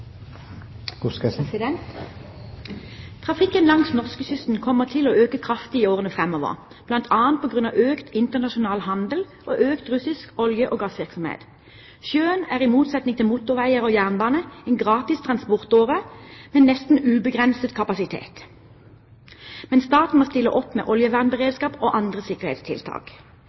Trafikken langs norskekysten kommer til å øke kraftig i årene framover, bl.a. på grunn av økt internasjonal handel og økt russisk olje- og gassvirksomhet. Sjøen er i motsetning til motorveier og jernbane en gratis transportåre med nesten ubegrenset kapasitet, men staten må stille opp med oljevernberedskap og andre sikkerhetstiltak.